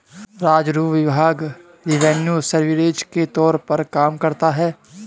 राजस्व विभाग revenue services के तौर पर काम करता है